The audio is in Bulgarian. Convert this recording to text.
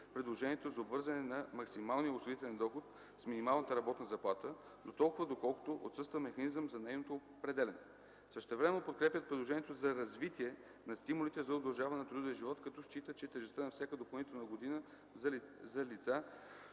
предложението за обвързване на максималния осигурителен доход с минималната работна заплата, дотолкова доколкото отсъства механизъм за нейното определяне. Същевременно подкрепят предложението за развитието на стимулите за удължаване на трудовия живот, като считат, че тежестта на всяка допълнителна година за лица,